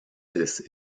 this